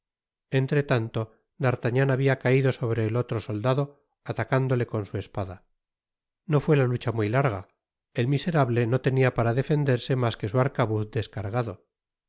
at entretanto d'artagnan habia caido sobre el otro soldado atacándole con su espada no fué la lucha muy larga el miserable uo tenia para defenderse mas que su arcabuz descargado